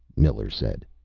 miller said.